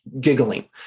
giggling